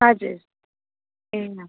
हजुर ए नाम